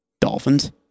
Dolphins